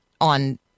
on